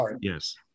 Yes